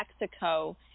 Mexico